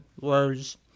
words